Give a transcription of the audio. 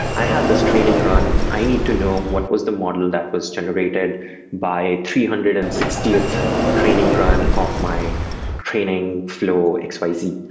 i have this training run. i need to know what was the model that was generated by three hundred and sixtieth training run of my training flow x, y, z.